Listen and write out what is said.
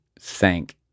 thank